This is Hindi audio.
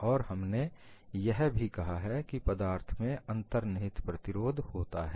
और हमने यह भी कहा है कि पदार्थ में अंतर्निहित प्रतिरोध होता है